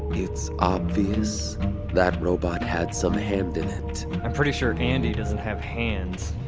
it's obvious that robot had some hand i'm pretty sure andi doesn't have hands